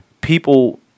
People